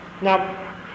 now